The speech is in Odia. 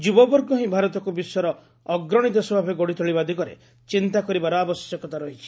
ଯୁବବର୍ଗ ହି ଭାରତକୁ ବିଶ୍ୱର ଅଗ୍ରଶୀ ଦେଶ ଭାବେ ଗଢ଼ିତୋଳିବା ଦିଗରେ ଚିନ୍ତା କରିବାର ଆବଶ୍ୟକତା ରହିଛି